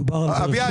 מדובר על --- אביעד,